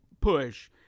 push